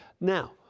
Now